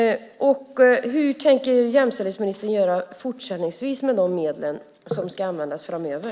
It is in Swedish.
Och hur tänker jämställdhetsministern göra fortsättningsvis med de medel som ska användas framöver?